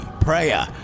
Prayer